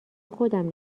خودم